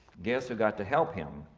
guess we got to help him?